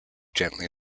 gently